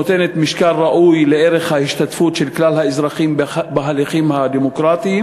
נותן משקל ראוי לערך ההשתתפות של כלל האזרחים בהליכים הדמוקרטיים?